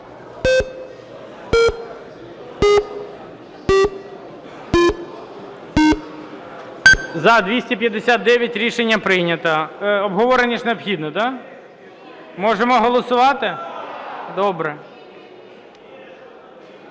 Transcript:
За-259 Рішення прийнято. Обговорення необхідне, да? Можемо голосувати? Добре.